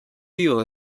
fuel